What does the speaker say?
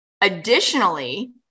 Additionally